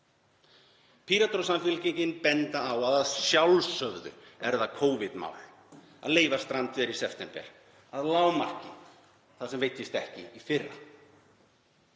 Píratar og Samfylkingin benda á að að sjálfsögðu er það Covid-mál að leyfa strandveiðar í september, að lágmarki það sem veiddist ekki í fyrra.